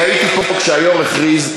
אני הייתי פה כשהיושב-ראש הכריז.